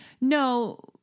no